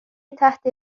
تحت